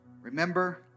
Remember